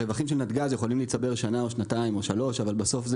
הרווחים של נתג"ז יכולים להצטבר שנה או שנתיים או שלוש אבל בסוף זה